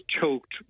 choked